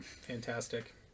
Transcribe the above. Fantastic